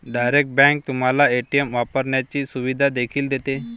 direct bank तुम्हाला ATM वापरण्याची सुविधा देखील देते